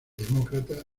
demócrata